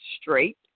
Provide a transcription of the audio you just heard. straight